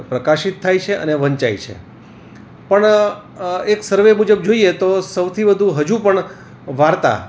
પ્રકાશિત થાય છે અને વંચાય છે પણ એક સર્વે મુજબ જોઈએ તો સૌથી વધુ હજુ પણ વાર્તા